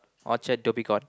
Orchard Dhoby-Ghaut